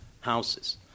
houses